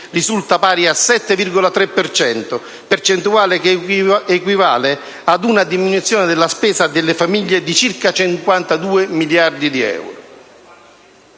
risulta pari al 7,3 per cento, percentuale che equivale ad una diminuzione della spesa delle famiglie di circa 52 miliardi di euro.